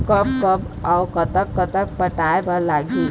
कब कब अऊ कतक कतक पटाए बर लगही